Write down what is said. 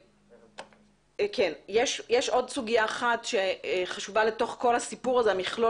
יש עוד סוגיה אחת שחשובה בתוך מכלול